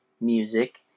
Music